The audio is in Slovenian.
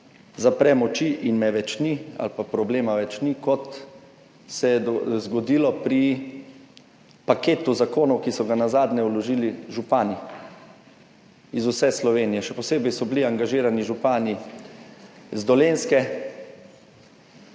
»zaprem oči in me več ni« ali pa problema več ni, kot se je zgodilo pri paketu zakonov, ki so ga nazadnje vložili župani iz vse Slovenije. Še posebej so bili angažirani župani z Dolenjske,